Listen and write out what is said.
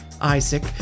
Isaac